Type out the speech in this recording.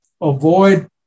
avoid